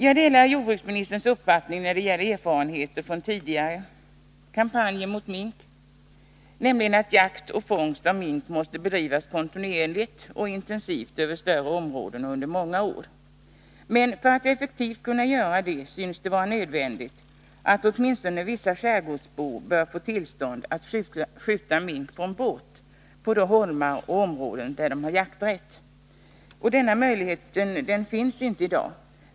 Jag delar jordbruksministerns uppfattning när det gäller erfarenheterna från tidigare kampanjer mot mink, nämligen att jakt och fångst av mink måste bedrivas kontinuerligt och intensivt över större områden och under många år. Men för att man effektivt skall kunna göra det, synes det vara nödvändigt att åtminstone vissa skärgårdsbor får tillstånd att skjuta mink från båt på de holmar och områden där de har jakträtt. Den möjligheten finns inte i dag.